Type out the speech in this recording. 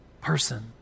person